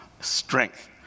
Strength